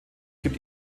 gibt